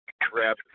grab –